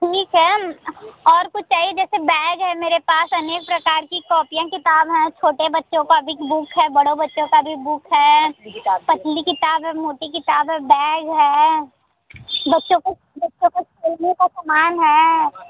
ठीक है और कुछ चाहिए जैसे बैग है मेरे पास अनेक प्रकार की कॉपियाँ किताब हैं छोटे बच्चों का बि बुक है बड़े बच्चों का भी बुक है पतली किताब है मोटी किताब है बैग है बच्चों को बच्चों का खेलने का सामान है